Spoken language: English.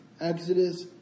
Exodus